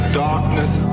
darkness